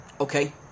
Okay